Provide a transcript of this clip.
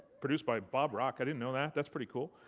produced by bob rock. i didn't know that. that's pretty cool.